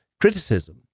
criticism